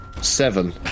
Seven